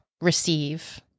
receive